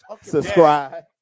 subscribe